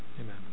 Amen